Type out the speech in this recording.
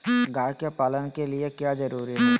गाय के पालन के लिए क्या जरूरी है?